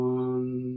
one